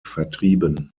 vertrieben